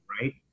right